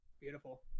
Beautiful